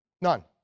None